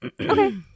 Okay